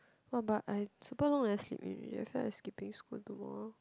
!wah! but I super long never sleep already I feel like skipping school tomorrow